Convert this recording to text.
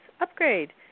upgrade